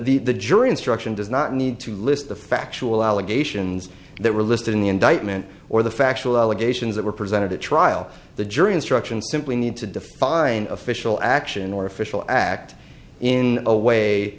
the the jury instruction does not need to list the factual allegations that were listed in the indictment or the factual allegations that were presented at trial the jury instructions simply need to define official action or official act in a way